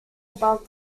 above